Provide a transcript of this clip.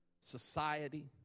society